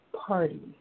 party